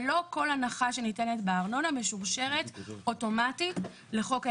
אבל לא כל הנחה שניתנת בארנונה משורשרת אוטומטית לחוק העזר,